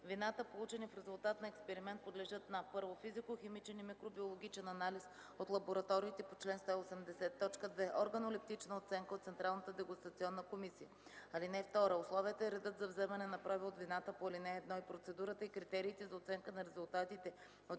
Вината, получени в резултат на експеримент, подлежат на: 1. физикохимичен и микробиологичен анализ от лабораториите по чл. 180; 2. органолептична оценка от Централната дегустационна комисия. (2) Условията и редът за вземане на проби от вината по ал. 1 и процедурата и критериите за оценка на резултатите от